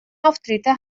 auftritte